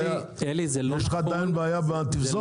יש לך עדיין בעיה בתפזורת.